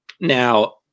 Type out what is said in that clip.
Now